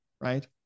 right